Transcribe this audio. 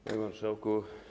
Panie Marszałku!